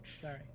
sorry